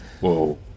Whoa